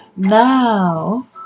Now